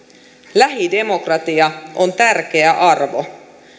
lähidemokratia on tärkeä arvo